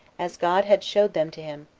as god had showed them to him,